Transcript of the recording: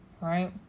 right